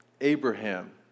Abraham